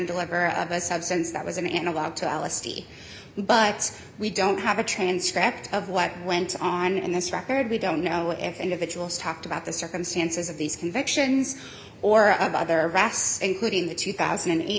deliver of a substance that was an analog to l s d but we don't have a transcript of what went on in this record we don't know if individuals talked about the circumstances of these convictions or of other brass including the two thousand and eight